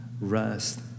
rest